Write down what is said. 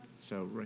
so,